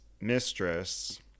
mistress